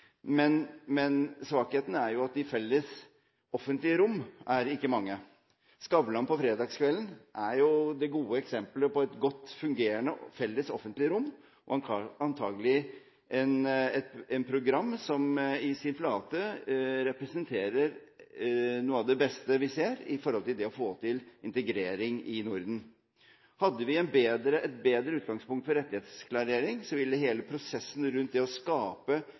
men svakheten er at de felles offentlige rom ikke er mange. Skavlan på fredagskvelden er det gode eksemplet på et godt fungerende felles offentlig rom og antagelig et program som i sin flate representerer noe av det beste vi ser når det gjelder å få til integrering i Norden. Hadde vi hatt et bedre utgangspunkt for rettighetsklarering, ville hele prosessen rundt det å skape